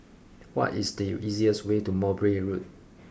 what is the easiest way to Mowbray Road